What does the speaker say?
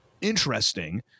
interesting